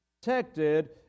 protected